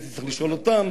את זה תצטרך לשאול אותם,